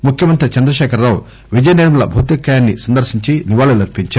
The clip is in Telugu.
ముఖ్యమంత్రి చంద్రకేఖరరావు విజయనిర్మల భౌతికకాయాన్ని సందర్పించి నివాళులు అర్పించారు